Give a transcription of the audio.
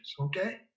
Okay